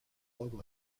local